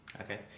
Okay